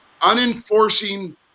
unenforcing